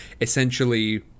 essentially